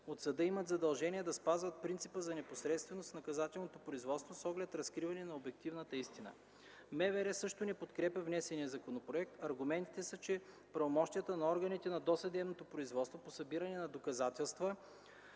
от съда имат задължение да спазват принципа за непосредственост в наказателното производство с оглед разкриването на обективната истина. Министерството на вътрешните работи също не подкрепя внесения законопроект. Аргументите са, че правомощията на органите на досъдебното производство по събиране на доказателства